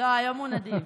היום הוא נדיב.